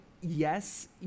Yes